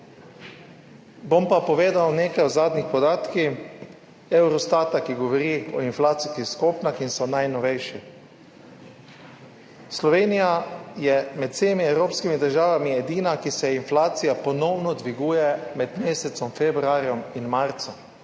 bom pa povedal nekaj o zadnjih podatkih Eurostata, ki govorijo o inflacijskih stopnjah in so najnovejši. Slovenija je med vsemi evropskimi državami edina, ki se ji inflacija ponovno dviguje med mesecem februarjem in marcem.